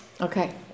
Okay